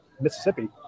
Mississippi